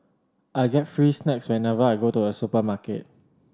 I get free snacks whenever I go to a supermarket